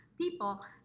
people